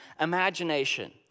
imagination